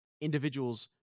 individuals